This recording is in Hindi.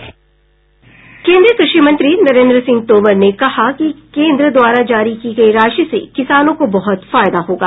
केन्द्रीय कृषि मंत्री नरेंद्र सिंह तोमर ने कहा कि केन्द्र द्वारा जारी की गई राशि से किसानों को बहुत फायदा होगा